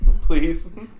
Please